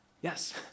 yes